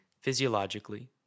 physiologically